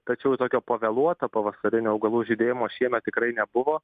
tačiau tokio pavėluoto pavasarinių augalų žydėjimo šiemet tikrai nebuvo